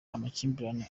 amakimbirane